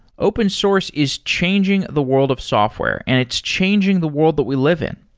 open source is changing the world of software and it's changing the world that we live in.